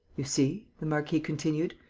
you see, the marquis continued,